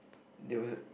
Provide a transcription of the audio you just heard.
they will